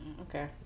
Okay